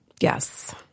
Yes